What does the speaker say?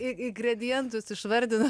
ingredientus išvardinot